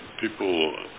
people –